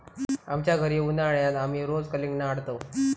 आमच्या घरी उन्हाळयात आमी रोज कलिंगडा हाडतंव